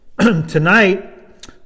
Tonight